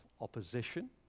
opposition